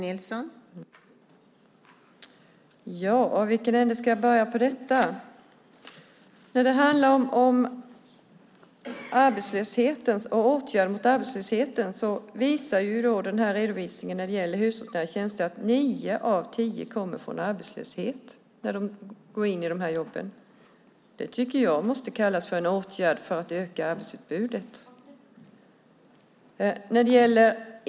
Fru talman! Redovisningen av hushållsnära tjänster och antalet sysselsatta visar att nio av tio kommer från arbetslöshet. Det tycker jag måste kallas för en åtgärd som ökar arbetsutbudet.